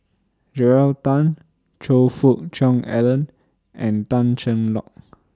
Joel Tan Choe Fook Cheong Alan and Tan Cheng Lock